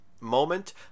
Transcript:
moment